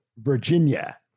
Virginia